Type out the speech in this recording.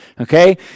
Okay